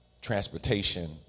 transportation